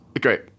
great